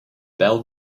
bell